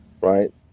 right